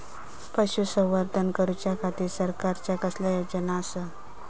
पशुसंवर्धन करूच्या खाती सरकारच्या कसल्या योजना आसत?